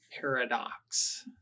paradox